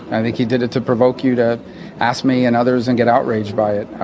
i think he did it to provoke you to ask me and others and get outraged by it.